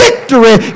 Victory